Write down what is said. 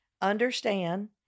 understand